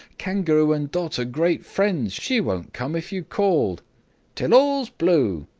kangaroo and dot are great friends. she won't come if you called till all's blue!